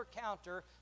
counter